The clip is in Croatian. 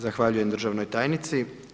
Zahvaljujem državnoj tajnici.